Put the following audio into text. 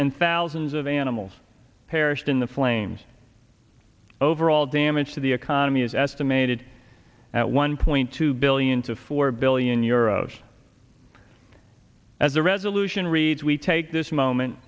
and thousands of animals perished in the flames overall damage to the economy is estimated at one point two billion to four billion euros as the resolution reads we take this moment